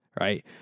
right